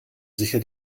sicher